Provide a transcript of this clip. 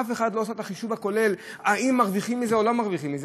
אף אחד לא עשה את החישוב הכולל אם מרוויחים מזה או לא מרוויחים מזה.